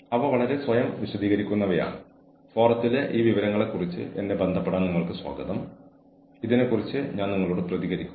കൂടാതെ അവരെ അച്ചടക്കം പാലിപ്പിക്കേണ്ടതിന്റെ ആവശ്യകത കഴിയുന്നിടത്തോളം കുറയ്ക്കുന്നു